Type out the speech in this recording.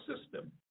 system